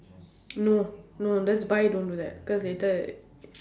no no just bye don't do that cause later